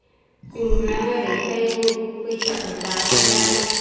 जोंहा ओरैहाय बैसागु जाग्राया